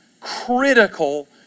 critical